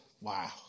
Wow